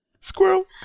Squirrel